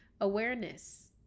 Awareness